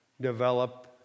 develop